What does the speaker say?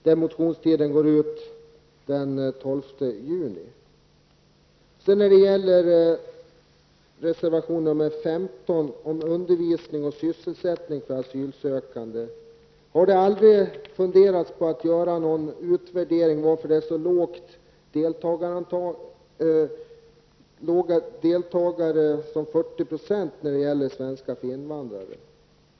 Den motionstiden går ut den 12 juni. Reservation nr 15 gäller undervisning och sysselsättning för asylsökande. Har man aldrig funderat på att göra någon utvärdering av varför deltagandet är så lågt som 40 % i svenska för invandrare?